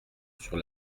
sur